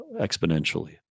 exponentially